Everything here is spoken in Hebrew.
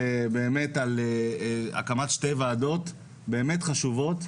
באמת הקמת שתי ועדות באמת חשובות.